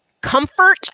comfort